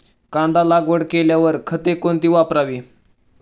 कांदा लागवड केल्यावर खते कोणती वापरावी?